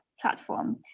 platform